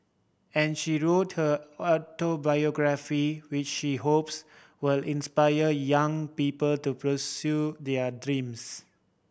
and she wrote her autobiography which she hopes will inspire young people to pursue their dreams